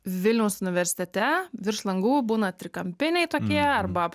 vilniaus universitete virš langų būna